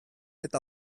eta